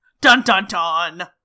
Dun-dun-dun